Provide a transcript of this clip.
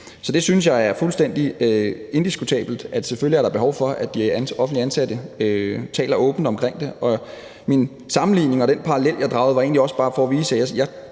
Så det synes jeg er fuldstændig indiskutabelt. Selvfølgelig er der behov for, at de offentligt ansatte taler åbent omkring det. Min sammenligning og den parallel, jeg drog, var egentlig også bare for at sige,